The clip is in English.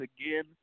again